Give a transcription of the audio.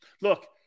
Look